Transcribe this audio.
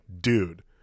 dude